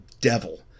devil